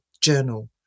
journal